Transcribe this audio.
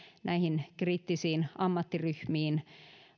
näihin kriittisiin ammattiryhmiin